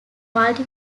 multi